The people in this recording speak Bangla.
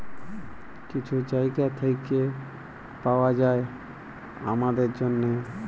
কিছু জায়গা থ্যাইকে পাউয়া যায় আমাদের জ্যনহে